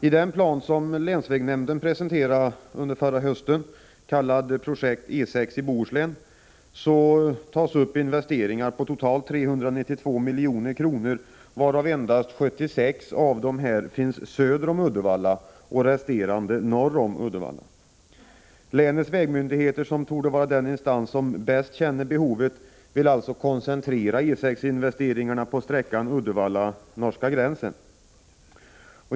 I den plan som länsvägnämnden presenterade under förra hösten, kallad Projekt E 6 i Bohuslän, tar man upp investeringar på totalt 392 milj.kr., varav endast 76 milj.kr. avser investeringar söder om Uddevalla och resterande belopp investeringar norr om Uddevalla. Länets vägmyndigheter, som torde vara den instans som bäst känner behovet, vill alltså koncentrera E 6-investeringarna till sträckan Uddevalla— norska gränsen.